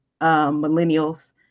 millennials